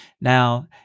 Now